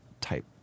type